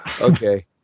Okay